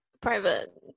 private